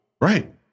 Right